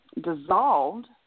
dissolved